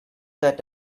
that